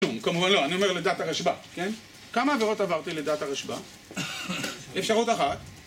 כמובן לא, אני אומר לדעת הרשב"א, כן? כמה עבירות עברתי לדעת הרשב"א? אפשרות אחת